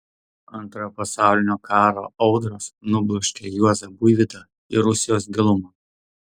antrojo pasaulinio karo audros nubloškė juozą buivydą į rusijos gilumą